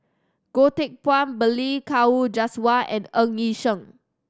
Goh Teck Phuan Balli Kaur Jaswal and Ng Yi Sheng